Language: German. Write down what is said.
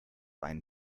einen